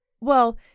Well-